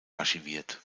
archiviert